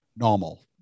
normal